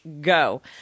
go